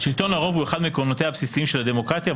שלטון הרוב הוא אחד מעקרונותיה הבסיסיים של הדמוקרטיה,